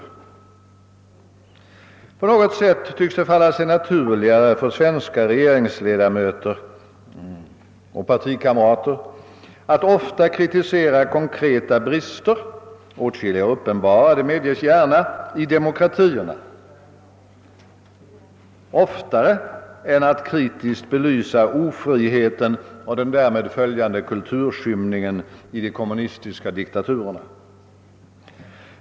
På något sätt tycks det falla sig naturligare för den svenska regeringens ledamöter och dess anhängare att oftare kritisera konkreta brister i demokratierna — jag medger gärna att åtskilliga är uppenbara — än att kritiskt belysa ofriheten och den därmed följande kulturskymningen i de kommunistiska diktaturerna.